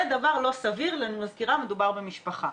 זה דבר לא סביר ואני מזכירה, מדובר במשפחה.